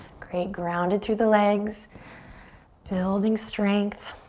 great grounded through the legs building strength